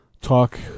talk